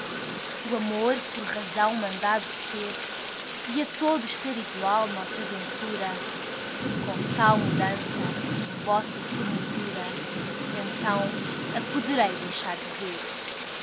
o amor por razão mandado ser e a todos ser igual nossa ventura com tal mudança vossa formosura então a poderei deixar de ver